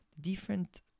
different